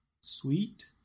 sweet